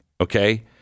okay